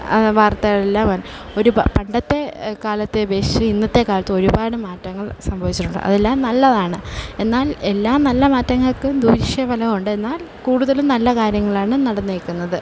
ആ വാർത്തകളെല്ലാം പണ്ടത്തെ കാലത്തെ അപേക്ഷിച്ചു ഇന്നത്തെ കാലത്ത് ഒരുപാട് മാറ്റങ്ങൾ സംഭവിച്ചിട്ടുണ്ട് അതെല്ലാം നല്ലതാണ് എന്നാൽ എല്ലാ നല്ല മാറ്റങ്ങൾക്കും ദൂഷ്യ ഫലമുണ്ട് എന്നാൽ കൂടുതലും നല്ല കാര്യങ്ങളാണ് നടന്നേക്കുന്നത്